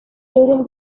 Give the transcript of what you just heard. during